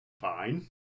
fine